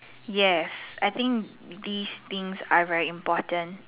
yes I think these things are very important